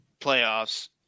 playoffs